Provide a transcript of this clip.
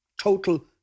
total